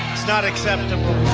it's not acceptable.